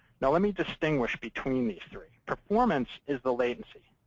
now, let me distinguish between these three. performance is the latency.